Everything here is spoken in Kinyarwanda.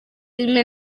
rimwe